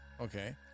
Okay